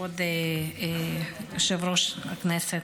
כבוד יושב-ראש הישיבה.